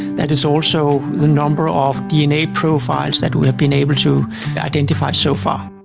that is also the number of dna profiles that we have been able to identify so far.